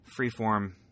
freeform